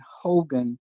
Hogan